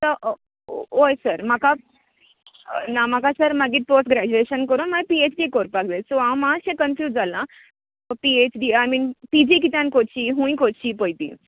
sir होय sir म्हाका ना सर म्हाका मागीर पोस्ट ग्रेजूयेशन करून पी एच डी कोरपाक जाय सो मात्शे हांव कंन्फूज जाला P H D I mean P G कित्यान करची खूंय कोरची पय ती